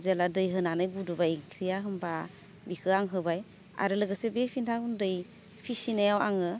जेब्ला दै होनानै गोदौबाय ओंख्रिया होमबा बिखौ आं होबाय आरो लोगोसे बि फिथा गुन्दै फिसिनायाव आङो